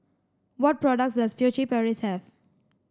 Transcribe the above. what products does Furtere Paris have